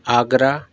Agra